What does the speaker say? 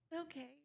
Okay